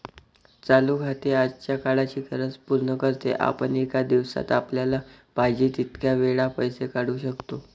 चालू खाते आजच्या काळाची गरज पूर्ण करते, आपण एका दिवसात आपल्याला पाहिजे तितक्या वेळा पैसे काढू शकतो